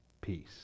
peace